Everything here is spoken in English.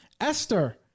Esther